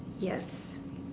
yes